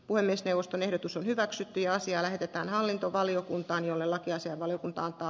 puhemiesneuvoston ehdotus hyväksyttiin asia lähetetään hallintovaliokuntaan jolle lakiasian valiokunta antaa